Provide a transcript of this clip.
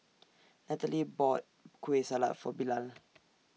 Natalie bought Kueh Salat For Bilal